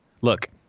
Look